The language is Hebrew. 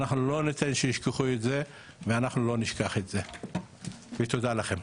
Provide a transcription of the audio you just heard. אנחנו לא ניתן שישכחו את זה ואנחנו לא נשכח את זה ותודה לכם.